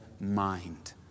mind